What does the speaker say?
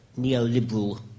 neoliberal